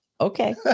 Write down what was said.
okay